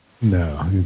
No